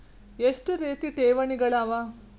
ಎಷ್ಟ ರೇತಿ ಠೇವಣಿಗಳ ಅವ?